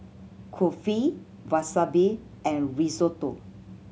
Kulfi Wasabi and Risotto